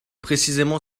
précisément